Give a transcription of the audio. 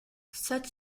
such